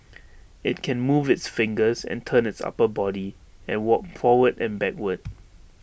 IT can move its fingers and turn its upper body and walk forward and backward